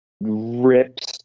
rips